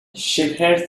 shepherd